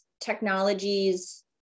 technologies